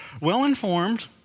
Well-informed